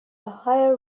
ohio